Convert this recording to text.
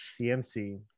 CMC